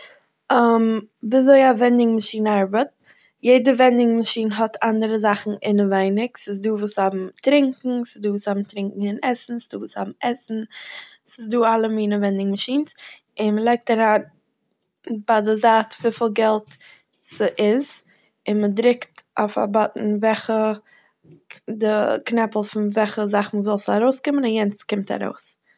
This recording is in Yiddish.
ווי אזוי א ווענדינג מאשין ארבעט, יעדע ווענדינג מאשין האט אנדערע זאכן אינעווייניג, ס'איז דא וואס האבן טרונקן, ס'איז דא וואס האבן טרונקן און עסן, ס'איז דא וואס האבן עסן, ס'איז דא אלע מינע ווענדינג מאשינס, און מ'לייגט אריין ביי די זייט וויפיל געלט ס'איז און מ'דרוקט אויף א באטאן וועלכע די קנעפל פון וועלכע זאך מ'וויל ס'זאל ארויסקומען און יענץ קומט ארויס.